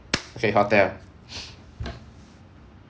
okay hotel